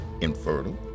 infertile